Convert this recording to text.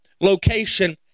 location